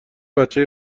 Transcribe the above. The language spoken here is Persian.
بچه